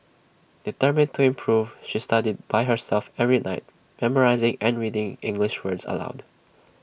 determined to improve she studied by herself every night memorising and reading English words aloud